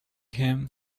him